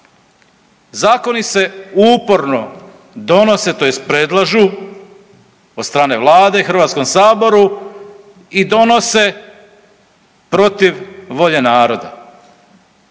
Zakoni se uporno donose tj. predlažu od strane Vlade HS-u i donose protiv volje naroda